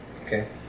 Okay